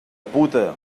puta